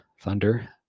Thunder